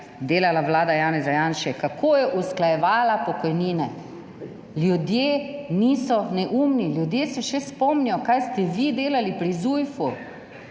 delala vlada Janeza Janše, kako je usklajevala pokojnine. Ljudje niso neumni, ljudje se še spomnijo, kaj ste vi delali pri Zujfu,